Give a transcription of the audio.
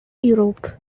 europe